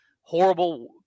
horrible